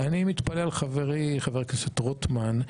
אני מתפלא על חברי, חבר הכנסת רוטמן,